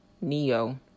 Neo